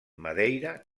madeira